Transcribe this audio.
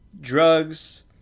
drugs